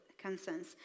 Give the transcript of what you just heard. concerns